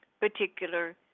particular